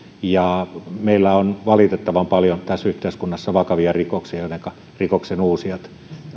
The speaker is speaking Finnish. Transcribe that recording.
meillä on valitettavan paljon tässä yhteiskunnassa vakavia rikoksia joiden kohdalla rikoksenuusijat